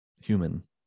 human